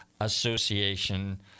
association